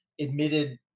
admitted